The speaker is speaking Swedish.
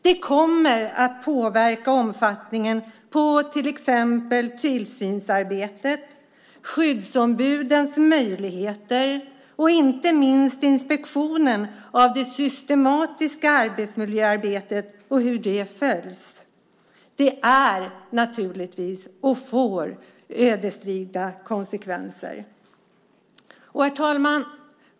Det kommer att påverka omfattningen av till exempel tillsynsarbetet, skyddsombudens möjligheter och inte minst inspektionen av det systematiska arbetsmiljöarbetet, hur det följs. Det får naturligtvis ödesdigra konsekvenser.